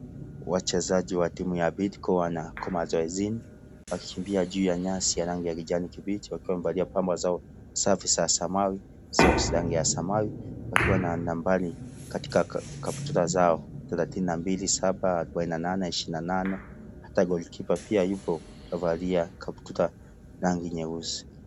Wachezaji wa timu ya Bidco wako mazoezini, wakikimbia juu ya nyasi ya rangi ya kijani kibichi wakiwa wamevalia pambo zao safi za samau, socks za rangi ya samau wakiwa na nambari katika kaptura zao; thelathini na mbili, Saba, arubaini na nane, ishirini na nane. Hata goal keeper pia yuko, kavalia kaptura ya rangi nyeusi.